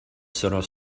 solar